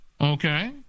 Okay